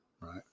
right